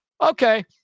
Okay